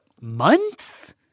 months